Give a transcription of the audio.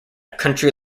country